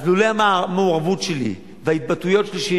אז לולא המעורבות שלי וההתבטאויות שלי,